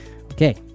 Okay